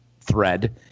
thread